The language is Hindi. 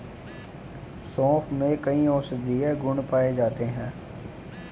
सोंफ में कई औषधीय गुण पाए जाते हैं